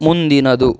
ಮುಂದಿನದು